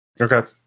Okay